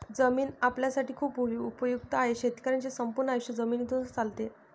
जमीन आपल्यासाठी खूप उपयुक्त आहे, शेतकऱ्यांचे संपूर्ण आयुष्य जमिनीतूनच चालते